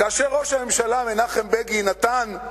כאשר ראש הממשלה מנחם בגין נתן,